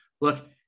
Look